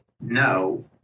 no